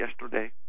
yesterday